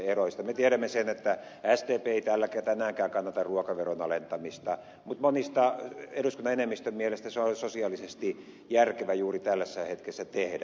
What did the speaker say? me tiedämme sen että sdp ei täällä tänäänkään kannata ruokaveron alentamista mutta monien mielestä eduskunnan enemmistön mielestä se on sosiaalisesti järkevää juuri tällaisessa hetkessä tehdä